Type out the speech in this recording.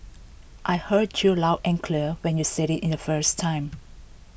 I heard you loud and clear when you said IT in the first time